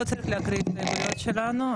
לא צריך להקריא את ההסתייגויות שלנו,